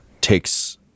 takes